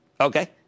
Okay